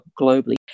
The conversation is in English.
globally